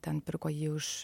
ten pirko jį už